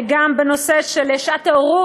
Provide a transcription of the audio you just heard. גם בנושא של שעת ההורות,